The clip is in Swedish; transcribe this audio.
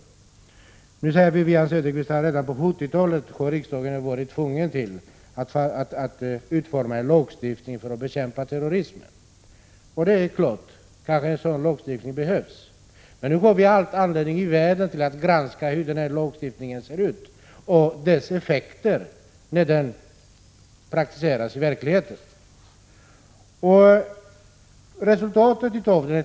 Wivi-Anne Cederqvist säger att redan på 70-talet var riksdagen tvungen att utforma en lagstiftning för att bekämpa terrorism, Det är klart att en sådan lagstiftning kan behövas. Men nu har vi all anledning i världen att granska hur den lagstiftningen ser ut och vilka effekterna blir när den praktiseras i verkligheten.